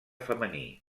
femení